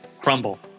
crumble